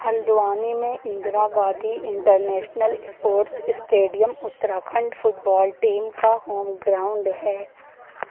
ہلدوانی میں Indira Gandhi international sports stadium Uttarakhand football team کا home ground ہے